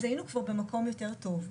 אז היינו כבר במקום יותר טוב.